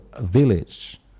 village